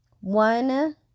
one